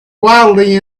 wildly